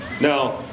Now